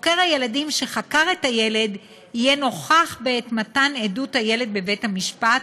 חוקר הילדים שחקר את הילד יהיה נוכח בעת מתן עדות הילד בבית-המשפט,